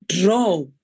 draw